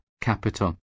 capital